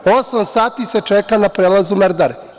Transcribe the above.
Osam sati se čeka na prelazu Merdare.